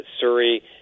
surrey